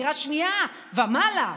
דירה שנייה ומעלה.